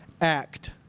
act